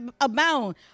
abound